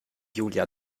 julia